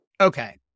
Okay